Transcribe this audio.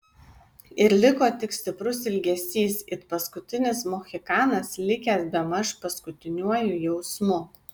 ir liko tik stiprus ilgesys it paskutinis mohikanas likęs bemaž paskutiniuoju jausmu